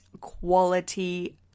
quality